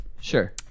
Sure